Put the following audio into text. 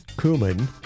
cumin